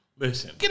Listen